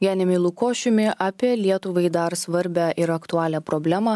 janimi lukošiumi apie lietuvai dar svarbią ir aktualią problemą